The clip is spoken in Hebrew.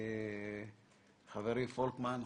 חברי פולקמן,